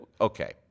Okay